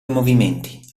movimenti